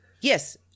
Yes